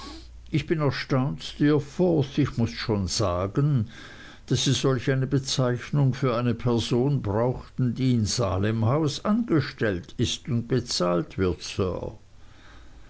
ich bin erstaunt steerforth muß ich schon sagen daß sie solch eine bezeichnung für eine person brauchten die in salemhaus angestellt ist und bezahlt wird sir